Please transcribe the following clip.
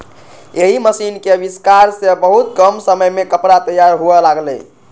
एहि मशीनक आविष्कार सं बहुत कम समय मे कपड़ा तैयार हुअय लागलै